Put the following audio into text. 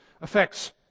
affects